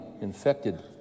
infected